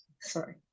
Sorry